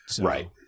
Right